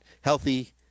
healthy